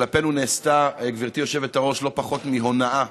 כלפינו נעשתה, גברתי היושבת-ראש, לא פחות מהונאה,